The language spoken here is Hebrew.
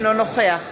אינו נוכח